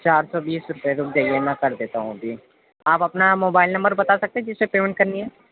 چار سو بیس روپئے رک جائیے میں کر دیتا ہوں ابھی آپ اپنا موبائل نمبر بتا سکتے ہیں جس پہ پیمنٹ کرنی ہے